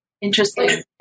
Interesting